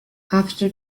after